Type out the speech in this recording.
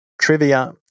trivia